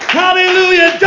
hallelujah